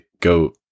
go